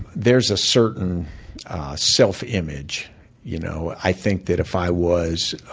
there's a certain self-image. you know i think that if i was